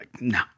no